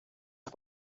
las